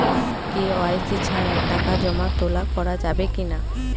KYC ছাড়া টাকা জমা তোলা করা যাবে কি না?